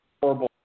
horrible